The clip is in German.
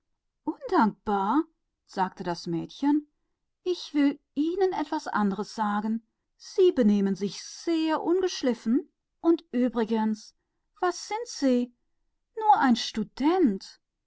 sagte das mädchen ich will euch was sagen ihr seid sehr ungezogen und dann wer seid ihr eigentlich ein student